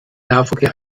nahverkehr